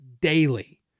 daily